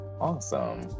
Awesome